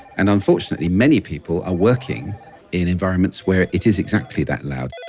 and unfortunately many people are working in environments where it is exactly that loud